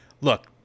look